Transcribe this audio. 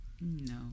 No